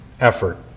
effort